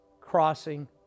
crossing